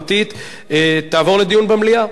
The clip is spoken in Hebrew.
פעילות המחאה החברתית תעבור לדיון במליאה,